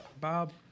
Bob